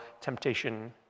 temptation